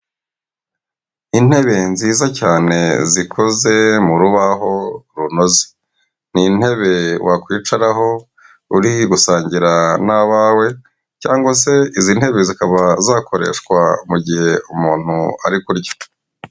Intebe nziza cyane zikoze mu rubaho runoze, ni intebe wakwicaraho uri gusangira n'abawe cyangwa se izi ntebe zikaba zakoreshwa mu gihe umuntu ari kurya.